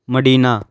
medina